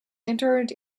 interred